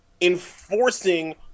enforcing